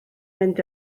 mynd